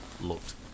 looked